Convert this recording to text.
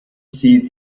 sie